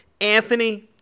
Anthony